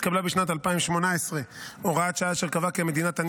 בשנת 2018 התקבלה הוראת שעה אשר קבעה כי המדינה תעניק